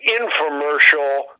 infomercial